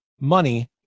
money